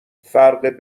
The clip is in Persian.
فرق